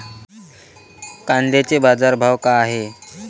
कांद्याचे बाजार भाव का हाये?